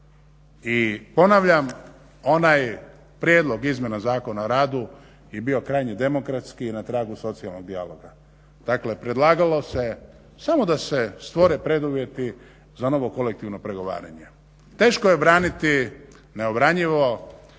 I ponavljam, onaj prijedlog izmjena Zakona o radu je bio krajnje demokratski i na tragu socijalnog dijaloga. Dakle, predlagalo se samo da se stvore preduvjeti za novo kolektivno pregovaranje. Teško je braniti neobranjivo.